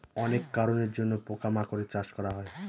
অনেক কারনের জন্য পোকা মাকড়ের চাষ করা হয়